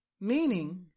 Meaning